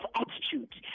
attitude